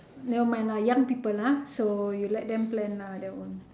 never mind lah young people lah so you let them plan that one